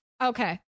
Okay